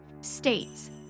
states